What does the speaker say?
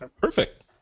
Perfect